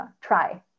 try